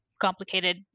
complicated